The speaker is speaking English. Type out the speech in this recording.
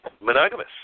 Monogamous